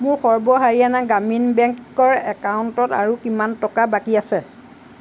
মোৰ সৰ্ব হাৰিয়ানা গ্ৰামীণ বেংকৰ একাউণ্টত আৰু কিমান টকা বাকী আছে